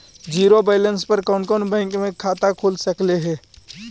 Zero balance पर कोन कोन बैंक में खाता खुल सकले हे?